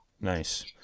Nice